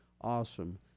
awesome